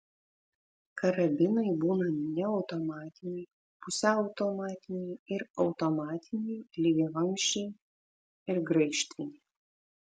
karabinai būna neautomatiniai pusiau automatiniai ir automatiniai lygiavamzdžiai ir graižtviniai